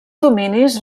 dominis